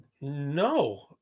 no